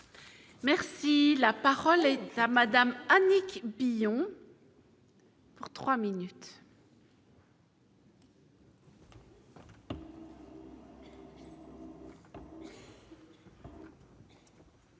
Merci, la parole est à madame Annick Billon. Pour 3 minutes.